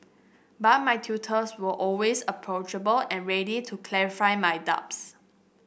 but my tutors were always approachable and ready to clarify my doubts